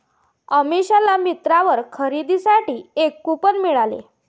अमिषाला मिंत्रावर खरेदीसाठी एक कूपन मिळाले